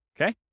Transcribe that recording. Okay